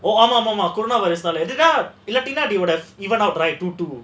ஆமா ஆமா: aamaa aamaa corono virus னால இல்லனா:naala illanaa would have even out right two two